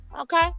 Okay